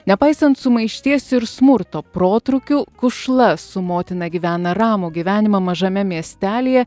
nepaisant sumaišties ir smurto protrūkių kušla su motina gyvena ramų gyvenimą mažame miestelyje